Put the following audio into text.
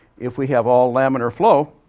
if we have all laminar flow,